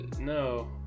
no